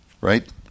right